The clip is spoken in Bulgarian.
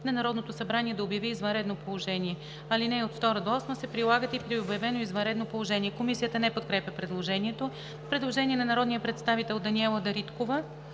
на Народното събрание да обяви извънредно положение. Алинеи 2 – 8 се прилагат и при обявено извънредно положение.“ Комисията не подкрепя предложението. Предложение на народния представител Даниела Дариткова.